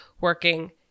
working